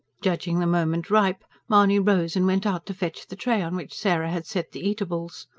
judging the moment ripe, mahony rose and went out to fetch the tray on which sarah had set the eatables.